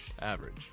Average